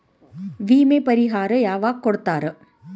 ವಿಮೆ ಪರಿಹಾರ ಯಾವಾಗ್ ಕೊಡ್ತಾರ?